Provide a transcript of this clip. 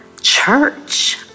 church